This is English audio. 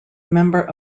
member